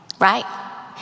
right